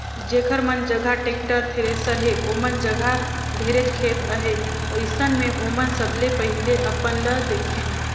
जेखर मन जघा टेक्टर, थेरेसर हे ओमन जघा ढेरेच खेत अहे, अइसन मे ओमन सबले पहिले अपन ल देखथें